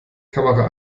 kamera